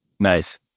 Nice